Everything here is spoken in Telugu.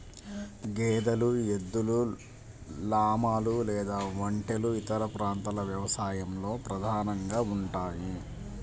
గేదెలు, ఎద్దులు, లామాలు లేదా ఒంటెలు ఇతర ప్రాంతాల వ్యవసాయంలో ప్రధానంగా ఉంటాయి